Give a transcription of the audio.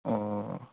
ও